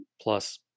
plus